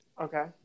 Okay